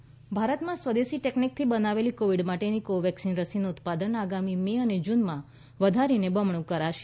કોવેક્સીન ભારતમાં સ્વદેશી ટેકનીકથી બનાવેલી કોવિડ માટેની કોવેક્સિન રસીનું ઉત્પાદન આગામી મે જૂનમાં વધારીને બમણું કરાશે